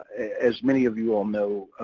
as many of you all know,